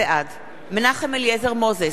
בעד מנחם אליעזר מוזס,